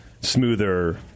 smoother